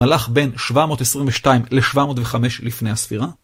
הלך בין 722 ל-705 לפני הספירה